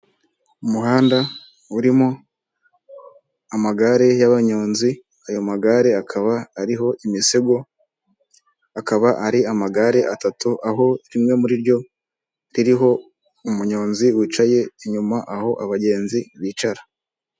Umuhanda urimo amagare y'abanyonzi, ayo magare akaba ariho imisego, akaba ari amagare atatu, aho rimwe muri ryo ririho umunyonzi wicaye inyuma aho abagenzi bicara.